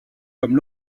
comme